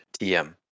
TM